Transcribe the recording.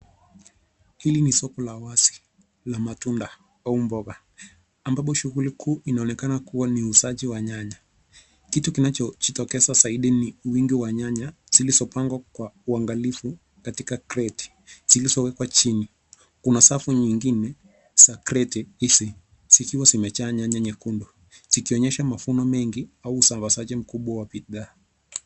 Hili ni soko la wazi la matunda au mboga ambapo shughuli kuu inaonekana kuwa ni uuzaji wa nyanya. Kitu kinajitokeza zaidi ni uwingi wa nyanya zilizopangwa kwa uangalifu katika kreti zilizowekwa chini. Kuna safu nyingine za kreti hizi zikiwa zimejaa nyanya nyekundu zikionyesha mavuno mengi au usambazaji mkubwa wa bidhaa.